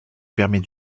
permet